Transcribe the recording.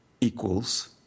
equals